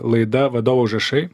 laida vadovo užrašai